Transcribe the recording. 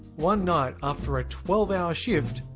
one night, after a twelve hour shift,